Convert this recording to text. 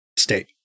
state